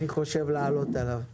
אני חושב לעלות על הרכב הזה.